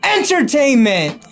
Entertainment